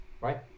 Right